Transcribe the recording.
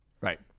Right